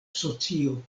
socio